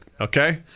Okay